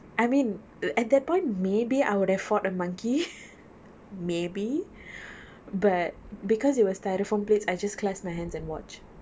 I mean the at that point maybe I would afford a monkey maybe but because it was styrofoam plates I just clasp my hands and watch